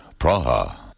Praha